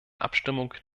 abstimmung